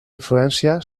influència